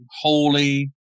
holy